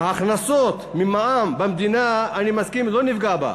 ההכנסות המדינה ממע"מ, אני מסכים, לא נפגע בהן.